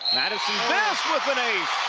madison vis with an ace.